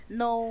no